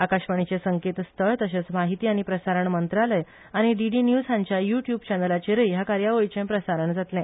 आकाशवाणीचे संकेतस्थळ तशेंच म्हायती आनी प्रसारण मंत्रालय आनी डीडी न्यूज हांच्या युट्युब चॅनलाचेरुय ह्या कार्यावळीचे प्रसारण जातले